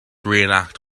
reenact